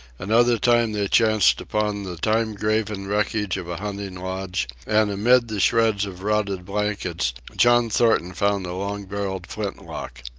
another time they chanced upon the time-graven wreckage of a hunting lodge, and amid the shreds of rotted blankets john thornton found a long-barrelled flint-lock.